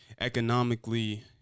economically